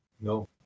No